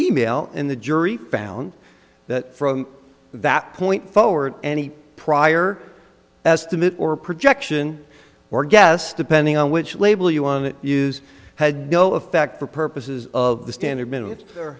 e mail and the jury found that from that point forward any prior estimate or projection or guess depending on which label you wanted use had no effect for purposes of the standard minutes